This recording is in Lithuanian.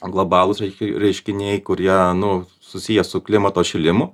globalūs reiškia reiškiniai kurie nu susiję su klimato atšilimu